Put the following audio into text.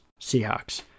Seahawks